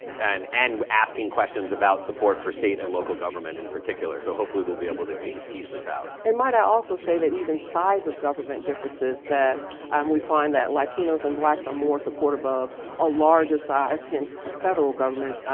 and and asking questions about support for state and local government in particular so hopefully we'll be able to to tease this out. it and might i also say that even size of government differences that um we find that latinos and blacks are more supportive of a larger size, hence a federal government,